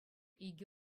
икӗ